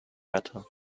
matter